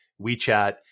WeChat